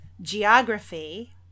geography